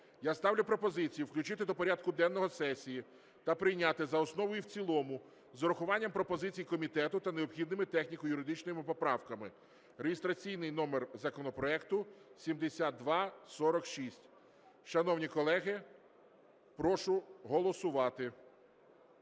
Я ставлю пропозицію включити до порядку денного сесії та прийняти за основу і в цілому з урахуванням пропозицій комітету та необхідними техніко-юридичними поправками (реєстраційний номер законопроекту 7246). Шановні колеги, прошу голосувати.